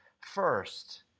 First